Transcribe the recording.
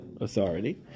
authority